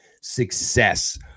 success